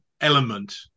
element